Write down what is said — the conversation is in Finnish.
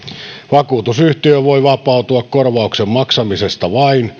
vakuutusyhtiö voi vapautua korvauksen maksamisesta vain